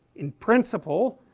in principle